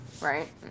right